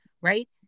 right